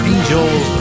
Angels